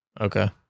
Okay